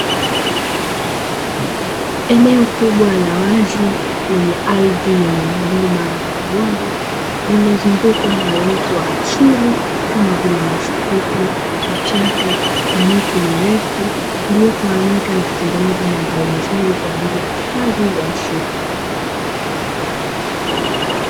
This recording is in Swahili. Eneo kubwa la wazi lenye ardhi yenye milima na mabonde, lililozungukwa na uoto wa asili kama vile: nyasi fupi, vichaka na miti mirefu; iliyotawanyika na kutengeneza mandhari nzuri kwa ajili ya hifadhi ya msitu.